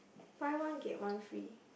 buy one get one free